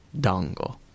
dongle